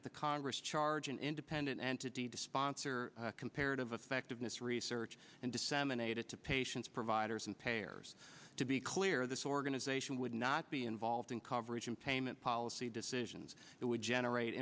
that the congress charge an independent entity to sponsor comparative effectiveness research and disseminated to patients providers and payers to be clear this organization would not be involved in coverage and payment policy decisions that would generate